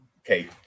okay